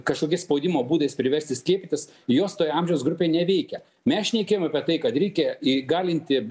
kažkokiais spaudimo būdais priversti skiepytis jos toj amžiaus grupėj neveikia mes šnekėjom apie tai kad reikia įgalinti